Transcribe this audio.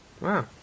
Wow